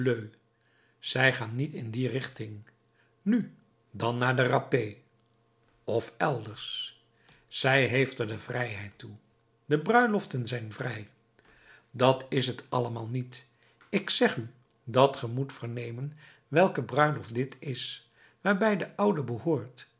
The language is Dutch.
zij gaat niet in die richting nu dan naar la rapée of elders zij heeft er de vrijheid toe de bruiloften zijn vrij dat is t allemaal niet ik zeg u dat ge moet vernemen welke bruiloft dit is waarbij de oude behoort